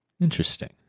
Interesting